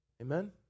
Amen